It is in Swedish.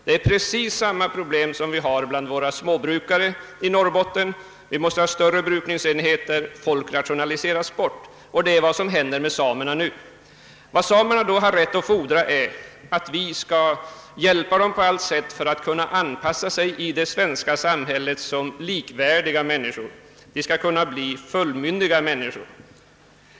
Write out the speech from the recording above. Det är precis samma problem som vi har bland våra småbruka re i Norrbotten: vi måste ha större brukningsenheter, folk rationaliseras bort. Vad samerna då har rätt att fordra är att vi på allt sätt skall hjälpa dem att anpassa sig i det svenska samhället som likvärdiga människor — de skall kunna bli fullmyndiga människor.